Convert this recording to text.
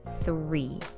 three